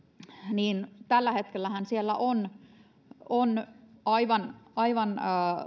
niin tällä hetkellähän siellä on on aivan aivan